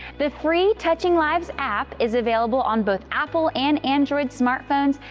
the free touching lives app is available on both apple and android smartphones,